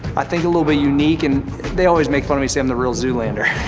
i think, a little bit unique and they always make fun of me, say i'm the real zoolander,